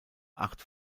acht